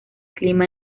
clima